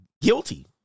guilty